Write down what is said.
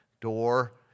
door